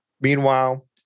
Meanwhile